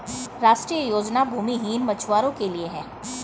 राष्ट्रीय योजना भूमिहीन मछुवारो के लिए है